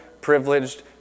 privileged